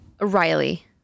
riley